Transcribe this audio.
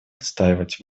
отстаивать